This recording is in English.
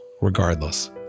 regardless